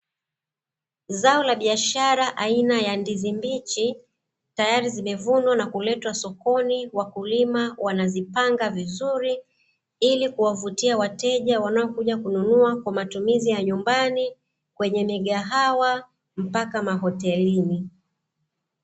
Zao la biashara aina ya ndizi mbichi tayari zimevunwa na kuletwa sokoni, wakulima wanazipanga vizuri ili kuwavutia wateja wanaokuja kununua kwa matumizi ya nyumbani, kwenye migahawa mpaka mahotelini.